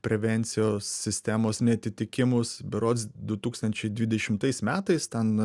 prevencijos sistemos neatitikimus berods du tūkstančiai dvidešimtais metais ten